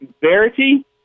Verity